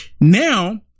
Now